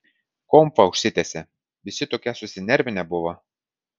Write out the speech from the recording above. konfa užsitęsė visi tokie susinervinę buvo